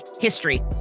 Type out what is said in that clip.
history